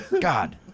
God